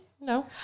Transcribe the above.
no